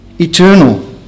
Eternal